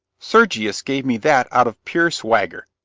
sergius gave me that out of pure swagger.